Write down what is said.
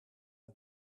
een